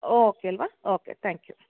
okay ಅಲ್ವ okay thank you